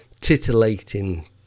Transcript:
titillating